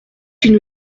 une